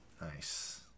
Nice